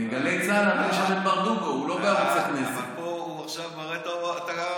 בגלי צה"ל יש את ברדוגו, הוא לא בערוץ הכנסת.